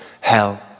hell